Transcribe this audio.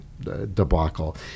debacle